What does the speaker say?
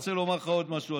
אני רוצה לומר לך עוד משהו,